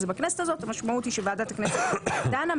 זה בכנסת הזאת המשמעות היא שוועדת הכנסת דנה,